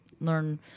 learn